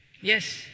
Yes